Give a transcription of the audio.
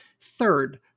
Third